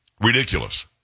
Ridiculous